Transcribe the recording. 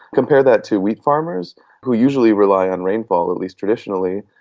compare that to wheat farmers who usually rely on rainfall, at least traditionally.